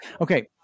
Okay